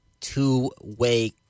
two-way